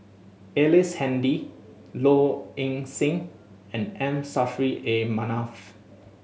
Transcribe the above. Ellice Handy Low Ing Sing and M Saffri A Manaf